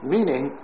Meaning